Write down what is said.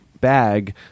bag